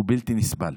הוא בלתי נסבל.